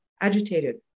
agitated